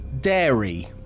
Dairy